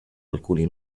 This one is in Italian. alcuni